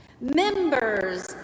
Members